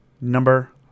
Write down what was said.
number